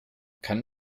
kann